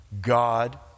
God